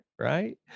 right